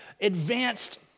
advanced